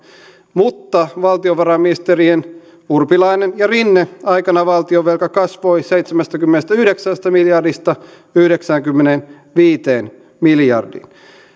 mutta valtiovarainministerien urpilainen ja rinne aikana valtionvelka kasvoi seitsemästäkymmenestäyhdeksästä miljardista yhdeksäänkymmeneenviiteen miljardiin